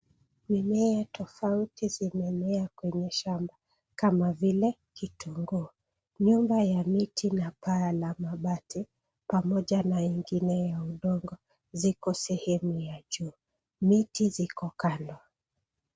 Mimea tofauti zimemea kwenye shamba kama vile kitunguu. Nyumba ya miti na paa la mabati pamoja na ingine ya udongo ziko sehemu ya juu miti ziko kando.